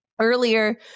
Earlier